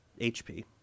HP